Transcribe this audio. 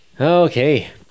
okay